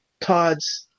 Todd's